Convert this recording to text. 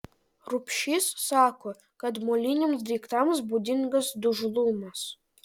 rubšys sako kad moliniams daiktams būdingas dužlumas